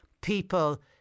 people